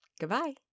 Goodbye